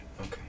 Okay